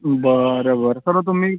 बरं बरं सर्व तुम्ही